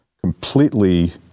completely